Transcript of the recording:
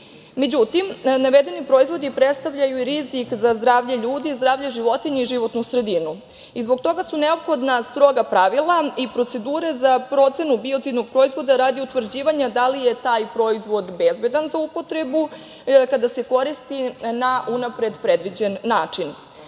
Međutim, navedeni proizvodi predstavljaju i rizik za zdravlje ljudi, zdravlje životinja i životnu sredinu i zbog toga su neophodna stroga pravila i procedure za procenu biocidnog proizvoda radi utvrđivanja da li je taj proizvod bezbedan za upotrebu kada se koristi na unapred predviđen način. Važeći